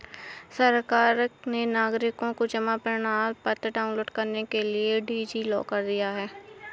सरकार ने नागरिकों को जमा प्रमाण पत्र डाउनलोड करने के लिए डी.जी लॉकर दिया है